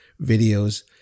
videos